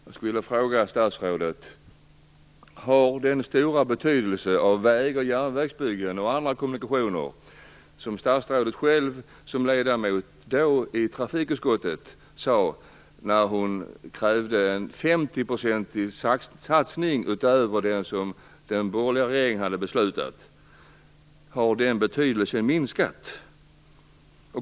Jag skulle vilja fråga statsrådet: Har den stora betydelse av väg och järnvägsbyggen och andra kommunikationer som statsrådet som ledamot i trafikutskottet framhöll, när hon krävde en 50-procentig satsning utöver den som den borgerliga regeringen hade föreslagit, minskat?